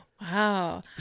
wow